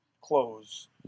clothes